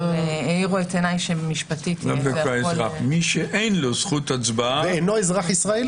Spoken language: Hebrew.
אבל האירו את עיני שמשפטית זה יכול --- מי שאינו אזרח ישראל